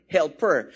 helper